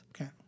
Okay